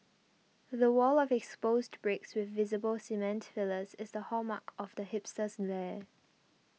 the wall of exposed bricks with visible cement fillers is the hallmark of the hipster's lair